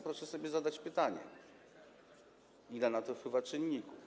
Proszę sobie zadać pytanie, ile na to wpływa czynników.